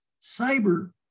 cyber